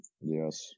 Yes